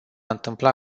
întâmpla